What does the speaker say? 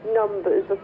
numbers